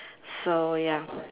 so ya